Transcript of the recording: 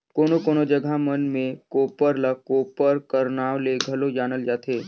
कोनो कोनो जगहा मन मे कोप्पर ल कोपर कर नाव ले घलो जानल जाथे